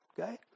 Okay